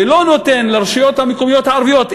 ולא נותן לרשויות המקומיות הערביות,